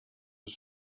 was